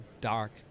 dark